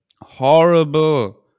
horrible